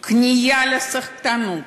כניעה לסחטנות.